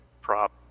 Prop